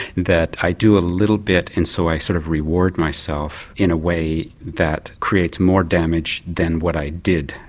that i do a little bit and so i sort of reward myself in a way that creates more damage than what i did.